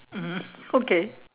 mmhmm okay